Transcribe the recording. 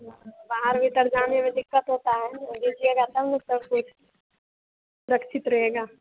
बाहर भीतर जाने में दिक्कत होता है न दीजिएगया तब न सब कुछ सुरक्षित रहेगा